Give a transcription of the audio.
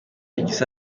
gisa